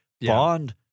Bond